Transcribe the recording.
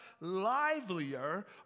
livelier